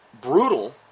brutal